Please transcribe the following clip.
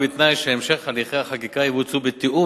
ובתנאי שהמשך הליכי החקיקה יבוצעו בתיאום